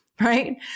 right